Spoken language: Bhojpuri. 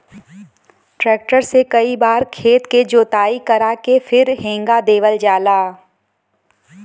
ट्रैक्टर से कई बार खेत के जोताई करा के फिर हेंगा देवल जाला